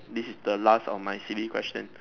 this is the last of my silly question